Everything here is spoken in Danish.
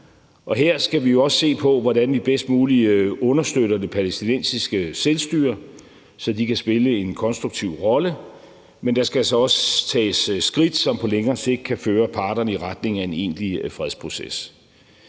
Her skal vi jo også se på, hvordan vi bedst muligt understøtter det palæstinensiske selvstyre, så de kan spille en konstruktiv rolle, men der skal så også tages skridt, som på længere sigt kan føre parterne i retning af en egentlig fredsproces.